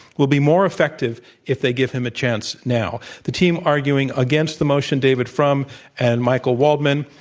will be more effective if they give him a chance now. the team arguing against the motion, david frum and michael waldman,